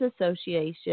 Association